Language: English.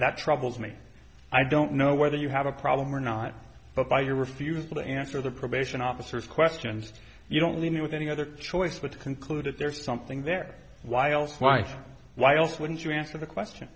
that troubles me i don't know whether you have a problem or not but by your refusal to answer the probation officers questions you don't leave me with any other choice but to conclude that there is something there while life why else wouldn't you answer the question